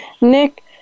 Nick